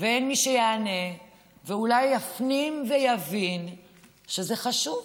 ואין מי שיענה ואולי יפנים ויבין שזה חשוב.